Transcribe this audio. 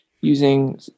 using